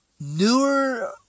Newer